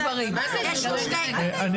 --- אני